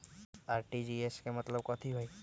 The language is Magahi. आर.टी.जी.एस के मतलब कथी होइ?